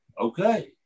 okay